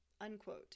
unquote